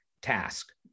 task